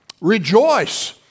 rejoice